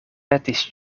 petis